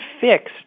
fixed